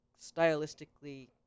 stylistically